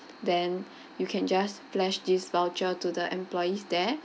then you can just flash this voucher to the employees there